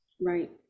Right